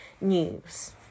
news